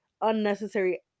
unnecessary